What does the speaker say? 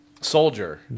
Soldier